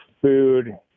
food